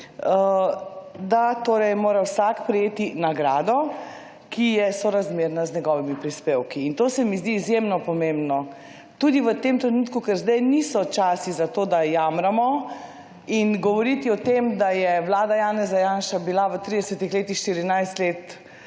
da torej mora vsakdo prejeti nagrado, ki je sorazmerna z njegovimi prispevki in to se mi zdi izjemno pomembno. Tudi v tem trenutku, ker sedaj niso časi za to, da jamramo. Govoriti o tem, da je vlada Janeza Janše bila v 30 letih 14 let